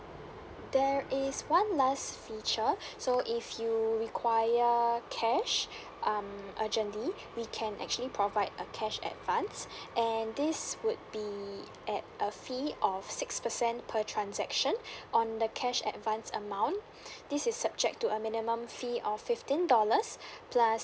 there is one last feature so if you require cash um urgently we can actually provide a cash advance and this would be at a fee of six percent per transaction on the cash advance amount this is subject to a minimum fee of fifteen dollars plus